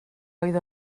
oedd